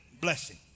blessing